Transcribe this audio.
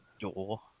door